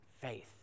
faith